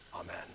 Amen